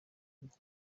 ubwo